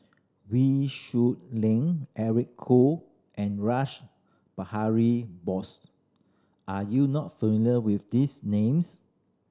Wee Shoo Leong Eric Khoo and Rash Behari Bose are you not familiar with this names